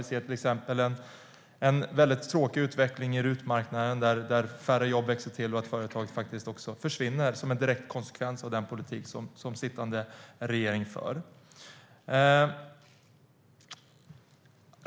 Vi ser till exempel en tråkig utveckling på RUT-marknaden, där färre jobb växer till och företag försvinner som en direkt konsekvens av den politik som sittande regering för.